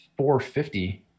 450